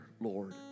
Lord